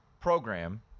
program